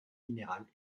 minérale